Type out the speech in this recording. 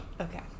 Okay